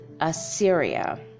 Assyria